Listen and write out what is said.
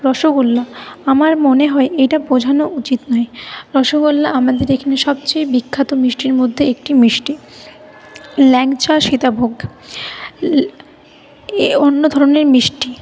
রসগোল্লা আমার মনে হয় এটা বোঝানো উচিত নয় রসগোল্লা আমাদের এখানে সবচেয়ে বিখ্যাত মিষ্টির মধ্যে একটি মিষ্টি ল্যাংচা সীতাভোগ এ অন্য ধরণের মিষ্টি